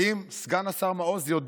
האם סגן השר מעוז יודע